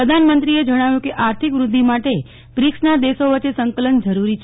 પ્રધાનમંત્રીએ જણાવ્યું કે આર્થિક વૃધ્ધિ માટે બ્રિક્સના દેશો વચ્ચે સંકલન જરૂરી છે